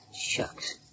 Shucks